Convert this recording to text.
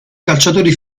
calciatori